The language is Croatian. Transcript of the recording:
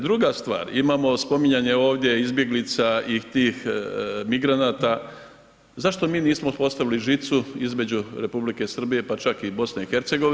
Druga stvar imamo spominjanje ovdje izbjeglica i tih migranata, zašto mi nismo postavili žicu između Republike Srbije pa čak i BiH?